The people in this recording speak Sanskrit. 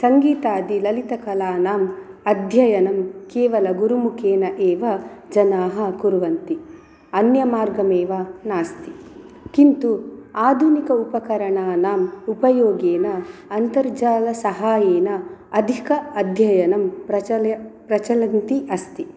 सङ्गीतादि ललितकलानाम् अध्ययनं केवलं गुरुमुखेन एव जनाः कुर्वन्ति अन्य मार्गम् एव नास्ति किन्तु आधुनिक उपकरणानाम् उपयोगेन अन्तर्जाल साहाय्येन अधिक अध्ययनं प्रचल्य प्रचलन्ति अस्ति